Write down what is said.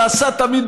ועשה תמיד,